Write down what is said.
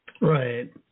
Right